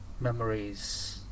memories